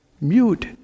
mute